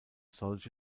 solche